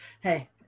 Hey